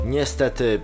Niestety